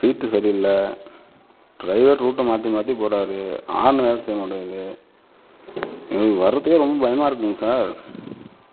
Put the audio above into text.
சீட்டு சரியில்லை டிரைவர் ரூட்டை மாற்றி மாற்றி போகிறாரு ஹார்ன் வேலை செய்யமாட்டங்கிது எங்களுக்கு வர்றத்துக்கே ரொம்ப பயமாயிருக்குங்க சார்